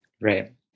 Right